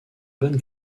bonnes